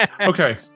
Okay